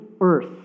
earth